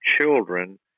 children